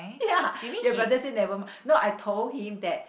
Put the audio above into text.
ya ya but that said never no I told him that